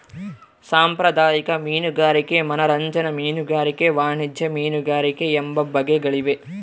ಸಾಂಪ್ರದಾಯಿಕ ಮೀನುಗಾರಿಕೆ ಮನರಂಜನಾ ಮೀನುಗಾರಿಕೆ ವಾಣಿಜ್ಯ ಮೀನುಗಾರಿಕೆ ಎಂಬ ಬಗೆಗಳಿವೆ